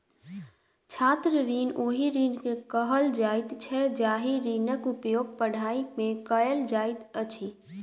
छात्र ऋण ओहि ऋण के कहल जाइत छै जाहि ऋणक उपयोग पढ़ाइ मे कयल जाइत अछि